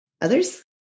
Others